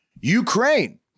Ukraine